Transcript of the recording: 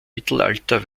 mittelalter